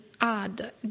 add